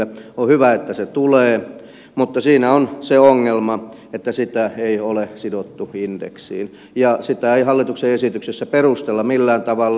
on hyvä että se tulee mutta siinä on se ongelma että sitä ei ole sidottu indeksiin ja sitä ei hallituksen esityksessä perustella millään tavalla